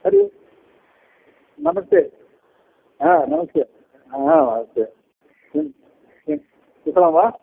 हरि ओम् नमस्ते नमस्ते नमस्ते किं किं कुशलं वा